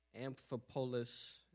Amphipolis